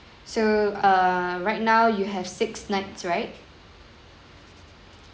so err right now you have six nights right